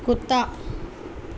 کتا